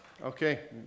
Okay